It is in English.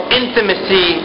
intimacy